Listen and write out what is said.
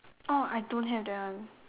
oh I don't have that one